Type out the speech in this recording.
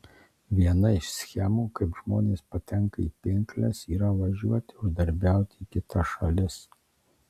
viena iš schemų kaip žmonės patenka į pinkles yra važiuoti uždarbiauti į kitas šalis